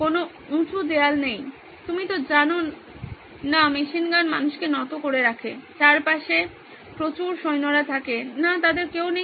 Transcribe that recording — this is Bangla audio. কোনো উঁচু দেয়াল নেই আপনি জানেন না মেশিনগান মানুষকে নত করে রাখে চারপাশে প্রচুর সৈন্যরা থাকে না তাদের কেউ নেই